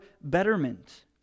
betterment